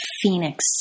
Phoenix